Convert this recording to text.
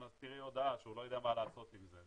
תראו הודעה שהוא לא יודע מה לעשות עם זה.